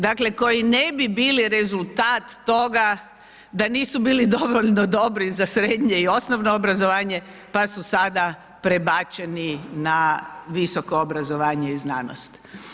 Dakle, koji ne bi bili rezultat toga da nisu bili dovoljno dobri za srednje i osnovno obrazovanje pa su sada prebačeni na visoko obrazovanje i znanost.